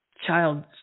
child